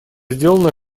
сделано